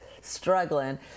struggling